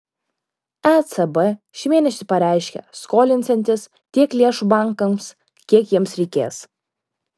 ecb šį mėnesį pareiškė skolinsiantis tiek lėšų bankams kiek jiems reikės